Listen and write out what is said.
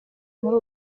muri